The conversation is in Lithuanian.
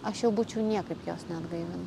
aš jau būčiau niekaip jos neatgaivin